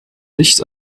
licht